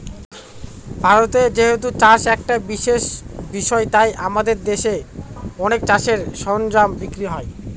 ভারতে যেহেতু চাষ একটা বিশেষ বিষয় তাই আমাদের দেশে অনেক চাষের সরঞ্জাম বিক্রি হয়